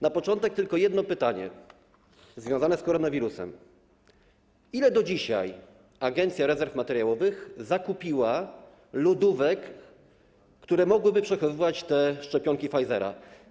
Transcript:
Na początek tylko jedno pytanie związane z koronawirusem: Ile do dzisiaj Agencja Rezerw Materiałowych zakupiła lodówek, które mogłyby przechowywać te szczepionki Pfizera?